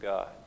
God